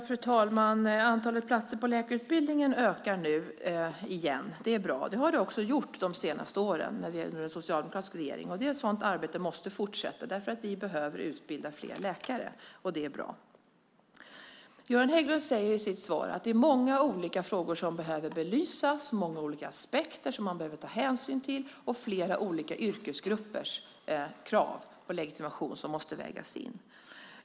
Fru talman! Antalet platser på läkarutbildningen ökar nu igen. Det är bra. Det har det också gjort de senaste åren under den socialdemokratiska regeringen. Ett sådant arbete måste fortsätta därför att vi behöver utbilda fler läkare. Det är bra. Göran Hägglund säger i sitt svar att det är många olika frågor som behöver belysas. Det är många olika aspekter som man behöver ta hänsyn till. Och flera olika yrkesgruppers krav på legitimation måste vägas in.